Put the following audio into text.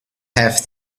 have